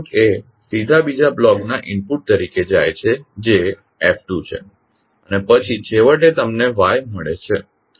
આ આઉટપુટ એ સીધા બીજા બ્લોકના ઇનપુટ તરીકે જાય છે જે F2 છે અને પછી છેવટે તમને Y મળે છે